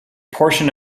portion